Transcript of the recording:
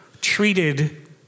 treated